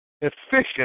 efficient